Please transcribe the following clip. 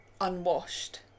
unwashed